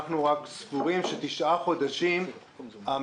אנחנו רק סבורים שהמגזר העסקי בתשעה חודשים עדיין